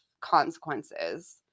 consequences